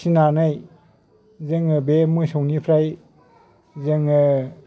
फिनानै जोङो बे मोसौनिफ्राय जोङो